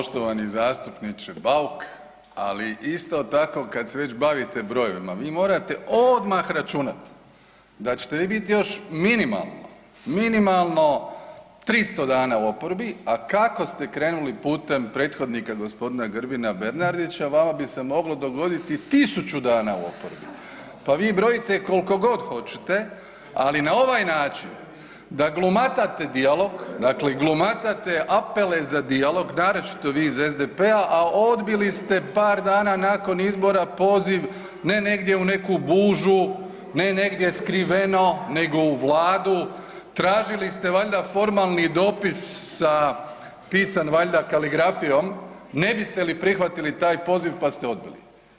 Poštovani zastupniče Bauk, ali isto tako kad se već bavite brojevima vi morate odmah računat da ćete vi biti još minimalno, minimalno 300 dana u oporbi, a kako ste krenuli putem prethodnika gospodina Grbina Bernardića vama bi se moglo dogoditi 1000 dana u oporbi, pa vi brojite koliko god hoćete, ali na ovaj način da glumatate dijalog, dakle glumatate apele za dijalog naročito vi iz SDP-a, a odbili ste par dana nakon izbora poziv ne negdje u neku bužu, ne negdje skriveno, nego u Vladu, tražili ste valjda formalni dopis sa pisan valjda kaligrafijom ne biste li prihvatili taj poziv pa ste odbili.